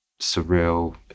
surreal